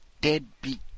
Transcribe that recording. deadbeat